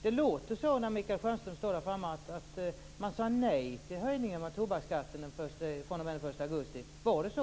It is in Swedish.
Det låter på Michael Stjernström som om man sade nej till höjningen av tobaksskatten fr.o.m. den 1 augusti. Var det så?